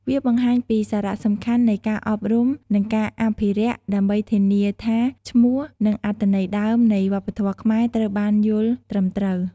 វាបង្ហាញពីសារៈសំខាន់នៃការអប់រំ និងការអភិរក្សដើម្បីធានាថាឈ្មោះ និងអត្ថន័យដើមនៃវប្បធម៌ខ្មែរត្រូវបានយល់ត្រឹមត្រូវ។